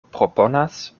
proponas